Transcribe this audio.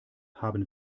haben